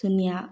ꯁꯨꯟꯌꯥ